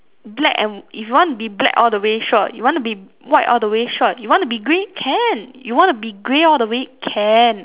black and if you want be black all the way sure you want to be white all the way sure you want to grey can you want to be grey all the way can